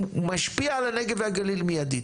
שמשפיע על הנגב והגליל מיידית.